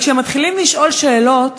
אבל כשהם מתחילים לשאול שאלות